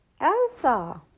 Elsa